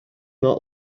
not